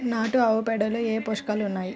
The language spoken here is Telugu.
నాటు ఆవుపేడలో ఏ ఏ పోషకాలు ఉన్నాయి?